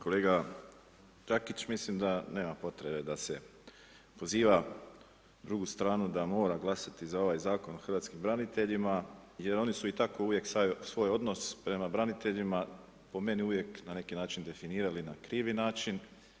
Kolega Đakić mislim da nema potrebe da se poziva drugu stranu da mora glasati za ovaj Zakon o hrvatskim braniteljima jer oni su i tako uvijek svoj odnos prema braniteljima po meni uvijek na neki način definirali na krivi način.